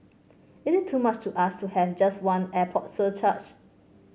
is it too much to ask to have just one airport surcharge